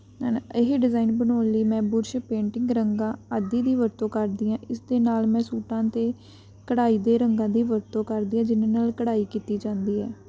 ਹਨ ਇਹ ਡਿਜ਼ਾਇਨ ਬਣਾਉਣ ਲਈ ਮੈਂ ਬੁਰਸ਼ ਪੇਂਟਿੰਗ ਰੰਗਾਂ ਆਦਿ ਦੀ ਵਰਤੋਂ ਕਰਦੀ ਹਾਂ ਇਸ ਦੇ ਨਾਲ ਮੈਂ ਸੂਟਾਂ 'ਤੇ ਕਢਾਈ ਦੇ ਰੰਗਾਂ ਦੀ ਵਰਤੋਂ ਕਰਦੀ ਹਾਂ ਜਿਨ੍ਹਾਂ ਨਾਲ ਕਢਾਈ ਕੀਤੀ ਜਾਂਦੀ ਹੈ